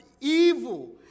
evil